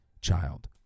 child